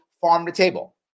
farm-to-table